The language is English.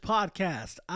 Podcast